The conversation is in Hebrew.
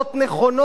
ועכשיו.